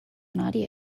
naughty